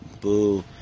Boo